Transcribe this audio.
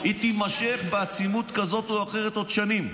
היא תמשך בעצימות כזאת או אחרת עוד שנים.